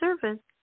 service